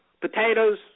potatoes